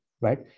right